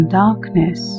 darkness